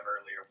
earlier